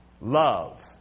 Love